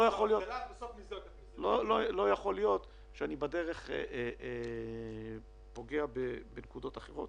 --- לא יכול להיות שאני בדרך אפגע בנקודות אחרות.